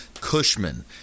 cushman